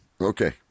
Okay